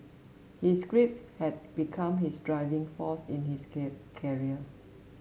his grief had become his driving force in his career